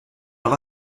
leur